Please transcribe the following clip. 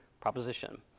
proposition